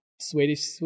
Swedish